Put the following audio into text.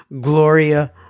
Gloria